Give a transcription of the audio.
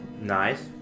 Nice